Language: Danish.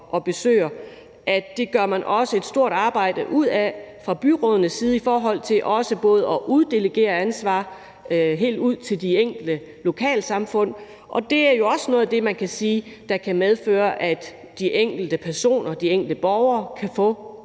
og besøger – at man gør et stort arbejde ud af fra byrådenes side i forhold til at uddelegere ansvar helt ud til de enkelte lokalsamfund. Og det er jo også noget af det, man kan sige der kan medføre, at de enkelte personer, de enkelte borgere kan få